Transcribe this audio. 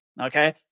Okay